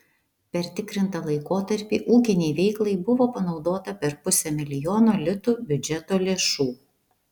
per tikrintą laikotarpį ūkinei veiklai buvo panaudota per pusę milijono litų biudžeto lėšų